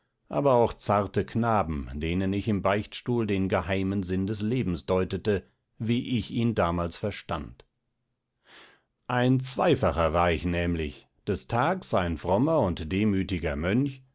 aber auch zarte knaben denen ich im beichtstuhl den geheimen sinn des lebens deutete wie ich ihn damals verstand ein zweifacher war ich nämlich des tags ein frommer und demütiger mönch